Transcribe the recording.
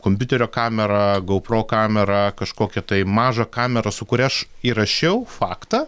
kompiuterio kamerą goupro kamerą kažkokią tai mažą kamerą su kuria aš įrašiau faktą